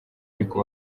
ariko